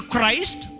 Christ